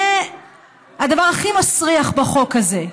זה הדבר הכי מסריח בחוק הזה,